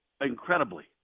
incredibly